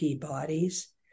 bodies